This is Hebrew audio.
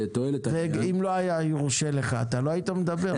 אם לא היה מורשה לך אתה לא היית מדבר?